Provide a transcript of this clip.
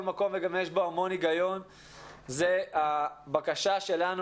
מקום וגם יש בו המון היגיון זו הבקשה שלנו,